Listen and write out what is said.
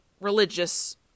religious